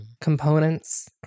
components